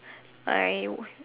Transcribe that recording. I